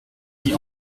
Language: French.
dit